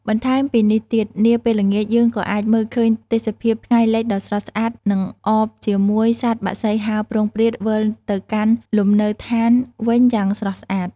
បន្ថែមពីនេះទៀត នាពេលល្ងាចយើងក៏អាចមើលឃើញទេសភាពថ្ងៃលិចដ៏ស្រស់ស្អាតនិងអបជាមួយសត្វបក្សីហើរព្រោងព្រាតវិលទៅកាន់លំនៅឋានវិញយ៉ាងស្រស់ស្អាត។